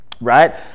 right